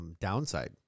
downside